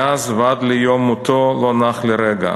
מאז ועד ליום מותו לא נח לרגע.